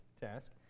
task